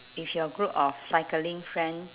if your group of cycling friends